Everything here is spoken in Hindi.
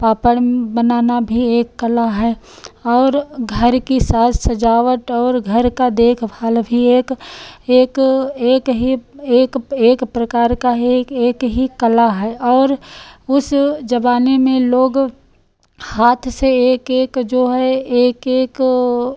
पापड़ बनाना भी एक कला है और घर की साज सजावट और घर की देखभाल भी एक एक एक ही एक पे एक प्रकार का है एक ही कला है और उस ज़बाने में लोग हाथ से एक एक जो है एक एक ओ